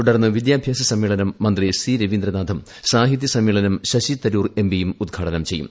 തുടർന്ന് വിദ്യാഭ്യാസ സമ്മേളനം മന്ത്രീ ്സിർവീന്ദ്രനാഥും സാഹിത്യ സമ്മേളനം ശശിതരൂർ എംപിയും ഉദ്ഘാടനം ചെയ്യും